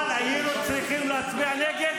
אבל היינו צריכים להצביע נגד,